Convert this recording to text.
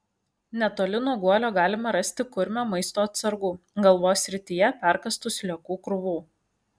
netoli nuo guolio galima rasti kurmio maisto atsargų galvos srityje perkąstų sliekų krūvų